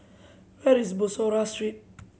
where is Bussorah Street